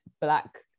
black